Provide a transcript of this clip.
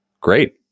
great